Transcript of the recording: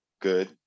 Good